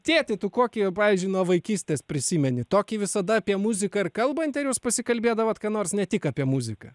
tėti tu kokį pavyzdžiui nuo vaikystės prisimeni tokį visada apie muziką ir kalbantį ar jūs pasikalbėdavot ką nors ne tik apie muziką